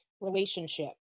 relationship